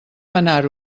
manar